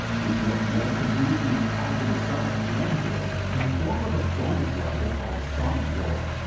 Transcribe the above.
with what was completed being added to the sonic jam disc in the form of a bonus level called sonic world.